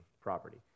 property